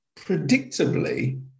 predictably